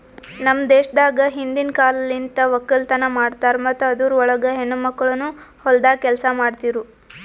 ನಮ್ ದೇಶದಾಗ್ ಹಿಂದಿನ್ ಕಾಲಲಿಂತ್ ಒಕ್ಕಲತನ ಮಾಡ್ತಾರ್ ಮತ್ತ ಅದುರ್ ಒಳಗ ಹೆಣ್ಣ ಮಕ್ಕಳನು ಹೊಲ್ದಾಗ್ ಕೆಲಸ ಮಾಡ್ತಿರೂ